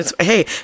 Hey